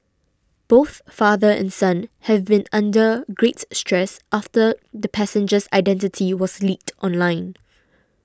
both father and son have been under great stress after the passenger's identity was leaked online